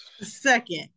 Second